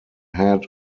head